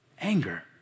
anger